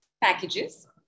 packages